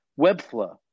webflow